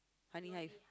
honey hive